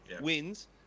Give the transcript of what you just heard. wins